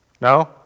No